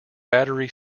battery